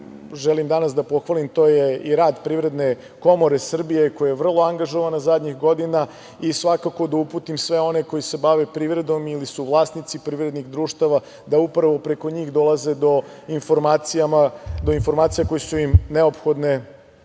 želim danas da pohvalim, to je i rad Privredne komore Srbije, koja je vrlo angažovana zadnjih godina, i svakako da uputim sve one koji se bave privredom ili su vlasnici privrednih društava da upravo preko njih dolaze do informacija koje su im neophodne